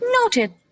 Noted